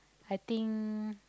I think